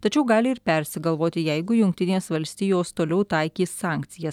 tačiau gali ir persigalvoti jeigu jungtinės valstijos toliau taikys sankcijas